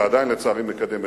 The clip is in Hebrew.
ועדיין לצערי מקדם,